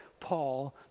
Paul